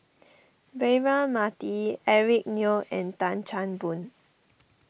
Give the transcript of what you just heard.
Braema Mathi Eric Neo and Tan Chan Boon